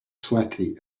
sweaty